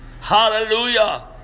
Hallelujah